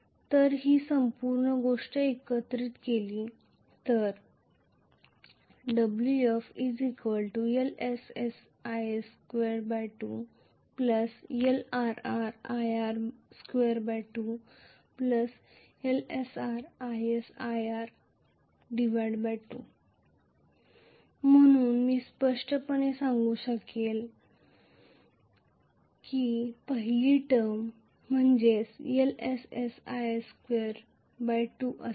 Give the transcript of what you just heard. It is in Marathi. तर ही संपूर्ण गोष्ट एकत्रित केली Wf Lss is22 Lrr ir22 Lsr is ir2 म्हणून मी स्पष्टपणे सांगू शकलो आहे की पहिली टर्म Lss is22 असेल